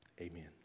Amen